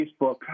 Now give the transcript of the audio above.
Facebook